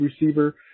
receiver